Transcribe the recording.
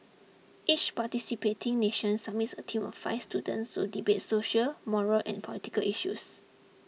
each participating nation submits a team of five students to debate social moral and political issues